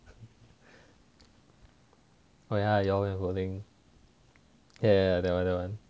oh ya ya that [one] that [one]